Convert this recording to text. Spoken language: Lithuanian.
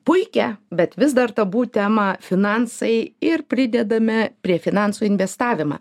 puikią bet vis dar tabu temą finansai ir pridedame prie finansų investavimą